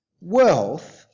Wealth